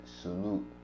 salute